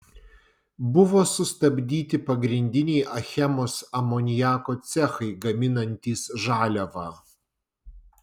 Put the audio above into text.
buvo sustabdyti pagrindiniai achemos amoniako cechai gaminantys žaliavą